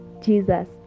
Jesus